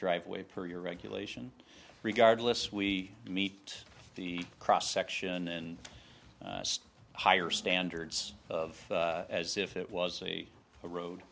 driveway per your regulation regardless we meet the cross section and higher standards of as if it was a road